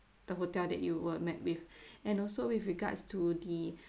the hotel that you were met with and also with regards to the